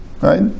Right